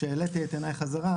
וכשהעליתי את עיניי חזרה,